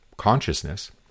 consciousness